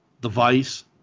device